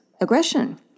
aggression